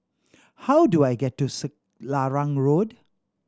how do I get to Selarang Road